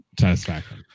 satisfaction